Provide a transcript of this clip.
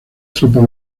tropas